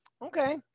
Okay